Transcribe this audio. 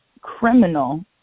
criminal